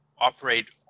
operate